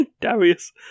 Darius